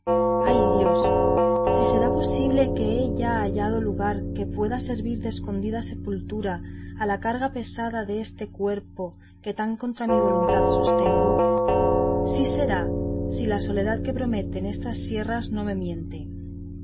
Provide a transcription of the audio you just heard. ay dios si será posible que he ya hallado lugar que pueda servir de escondida sepultura a la carga pesada deste cuerpo que tan contra mi voluntad sostengo sí será si la soledad que prometen estas sierras no me miente